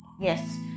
Yes